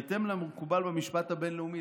בהתאם למקובל במשפט הבין-לאומי,